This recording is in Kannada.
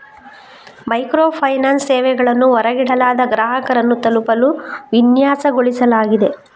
ಮೈಕ್ರೋ ಫೈನಾನ್ಸ್ ಸೇವೆಗಳನ್ನು ಹೊರಗಿಡಲಾದ ಗ್ರಾಹಕರನ್ನು ತಲುಪಲು ವಿನ್ಯಾಸಗೊಳಿಸಲಾಗಿದೆ